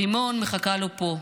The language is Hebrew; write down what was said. רימון מחכה לו פה.